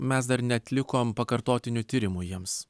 mes dar neatlikom pakartotinių tyrimų jiems